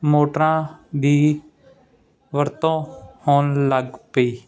ਮੋਟਰਾਂ ਦੀ ਵਰਤੋਂ ਹੋਣ ਲੱਗ ਪਈ